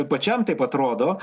pačiam taip atrodo